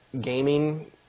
gaming